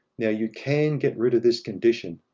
now, you can get rid of this condition,